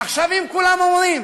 אם כולם אומרים